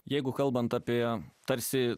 jeigu kalbant apie tarsi